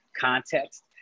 context